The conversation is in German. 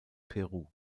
peru